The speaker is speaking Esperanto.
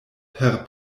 per